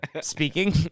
speaking